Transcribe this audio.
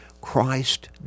Christ